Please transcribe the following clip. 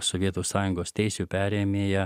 sovietų sąjungos teisių perėmėja